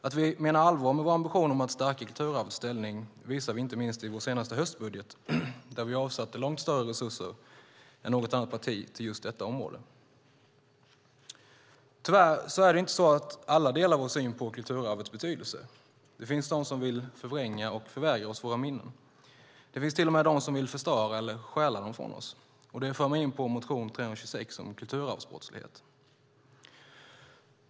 Att vi menar allvar med vår ambition att stärka kulturarvets ställning visade vi inte minst i vår senaste höstbudget där vi avsatte långt större resurser än något annat parti till just detta område. Tyvärr är det inte så att alla delar vår syn på kulturarvets betydelse. Det finns de som vill förvränga och förvägra oss våra minnen. Det finns till och med de som vill förstöra dem eller stjäla dem från oss. Det för mig in på motion 326 om kulturarvsbrottslighet.